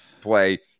play